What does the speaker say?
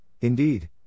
indeed